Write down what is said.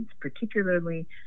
particularly